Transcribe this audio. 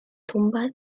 tumbas